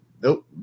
Nope